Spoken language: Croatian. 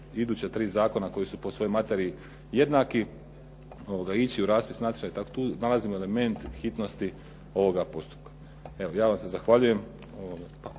iduća tri zakona koja su po svojoj materiji jednaki, ići u raspis natječaja. Tu nalazimo element hitnosti ovoga postupka. Evo, ja vam se zahvaljujem.